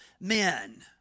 men